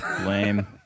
Lame